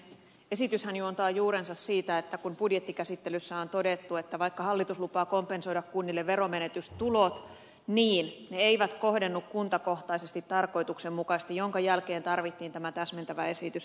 esityshän juontaa juurensa siitä että budjettikäsittelyssä on todettu että vaikka hallitus lupaa kompensoida kunnille veromenetystulot niin ne eivät kohdennu kuntakohtaisesti tarkoituksenmukaisesti minkä jälkeen tarvittiin tämä täsmentävä esitys